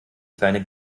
kleine